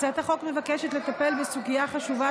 הצעת החוק מבקשת לטפל בסוגיה חשובה,